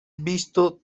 visto